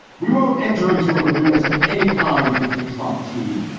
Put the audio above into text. we won't enter into agreements of any kind with the trump team,